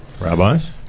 Rabbis